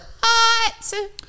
hot